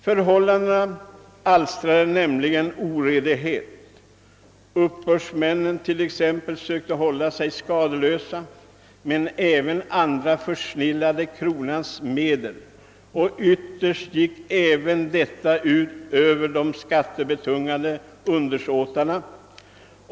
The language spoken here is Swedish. »Förhållandena = alstrade nämligen oredighet; uppbördsmännen till exempel sökte hålla sig skadeslösa, men även andra försnillade kronans medel, och ytterst gick även detta ut över de skattebetungade undersåtarna.